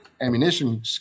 ammunition